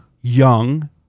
young